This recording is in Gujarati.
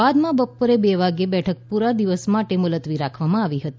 બાદમાં બપોરે બે વાગ્યે બેઠક પુરા દિવસ માટે મુલતવી રાખવામાં આવી હતી